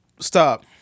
Stop